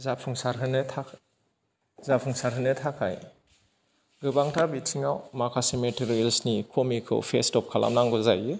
जाफुंसारहोनो थाखाय जाफुंसारहोनो थाखाय गोबांथार बिथिङाव माखासे मेटेरियेल्सनि खमिखौ फेज खालामनांगौ जायो